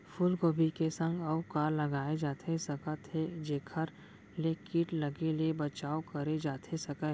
फूलगोभी के संग अऊ का लगाए जाथे सकत हे जेखर ले किट लगे ले बचाव करे जाथे सकय?